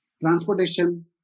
transportation